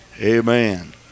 Amen